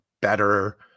better